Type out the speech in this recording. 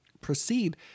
proceed